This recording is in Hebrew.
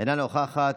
אינה נוכחת,